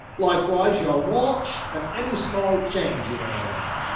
likewise your watch and any small change you may have.